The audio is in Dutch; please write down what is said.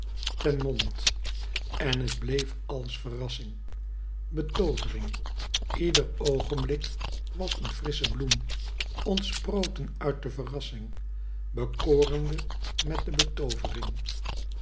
ten mond en het blcef alles verrassing betoovering ieder oogenblik was een frissche bloem ontsproten uit de verrassing bekorende met de